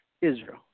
Israel